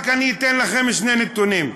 אני אתן לכם רק שני נתונים.